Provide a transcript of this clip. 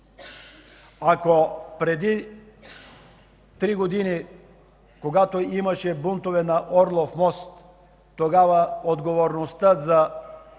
Ако преди три години, когато имаше бунтове на Орлов мост, отговорността за